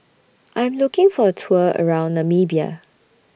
I'm looking For A Tour around Namibia